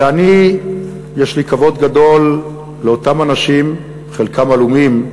ואני יש לי כבוד גדול לאותם אנשים, חלקם עלומים,